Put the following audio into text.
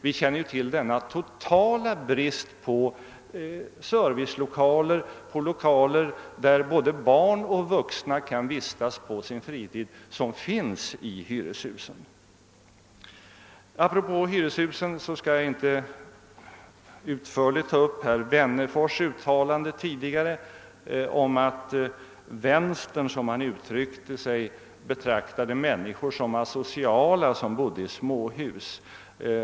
Vi känner ju till denna totala brist i hyreshusen på servicelokaler, lokaler i vilka både barn och vuxna kan vistas på sin fritid. Apropå hyreshusen skall jag inte ta upp herr Wennerfors” uttalande, att »vänstern» — som han uttryckte sig — betraktade de människor som bor i småhus som asociala.